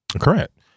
correct